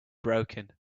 broken